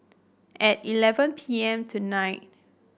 at eleven P M tonight